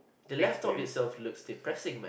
the laptop is of looks depressing might